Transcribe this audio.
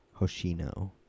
Hoshino